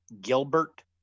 Gilbert